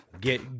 get